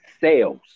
sales